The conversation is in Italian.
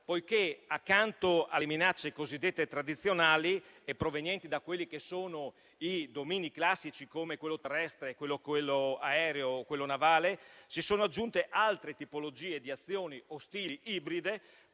poiché accanto alle minacce cosiddette tradizionali e provenienti dai domini classici come quello terrestre, quello aereo e quello navale, si sono aggiunte altre tipologie di azioni ostili ibride,